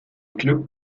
club